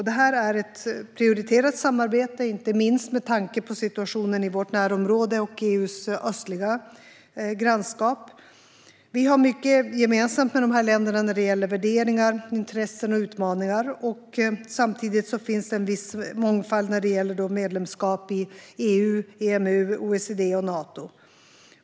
Det här är ett prioriterat samarbete, inte minst med tanke på situationen i vårt närområde och i EU:s östliga grannskap. Vi har mycket gemensamt med dessa länder när det gäller värderingar, intressen och utmaningar. Samtidigt finns en viss mångfald när det gäller medlemskap i EU, EMU, OECD och Nato.